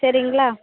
சரிங்களா